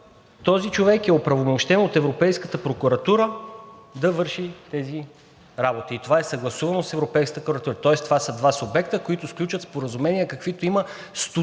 този човек е оправомощен от Европейската прокуратура да върши тези работи, и това е съгласувано с Европейската прокуратура, тоест това са два субекта, които сключват споразумения, каквито има стотици